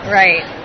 right